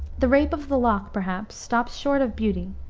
the rape of the lock, perhaps, stops short of beauty,